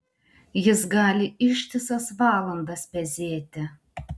jis gali ištisas valandas pezėti